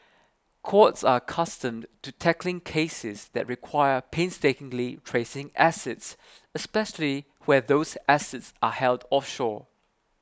courts are accustomed to tackling cases that require painstakingly tracing assets especially where those assets are held offshore